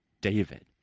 David